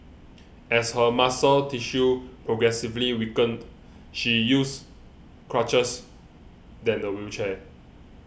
as her muscle tissue progressively weakened she used crutches then a wheelchair